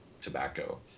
tobacco